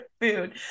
food